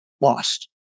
lost